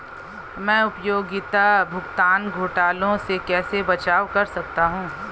मैं उपयोगिता भुगतान घोटालों से कैसे बचाव कर सकता हूँ?